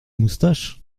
moustaches